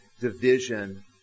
Division